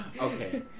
okay